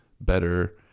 better